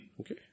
Okay